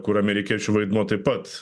kur amerikiečių vaidmuo taip pat